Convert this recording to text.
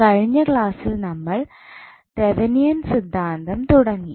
കഴിഞ്ഞ ക്ലാസ്സിൽ നമ്മൾ തെവനിയൻ സിദ്ധാന്തം തുടങ്ങി